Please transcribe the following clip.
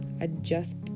adjust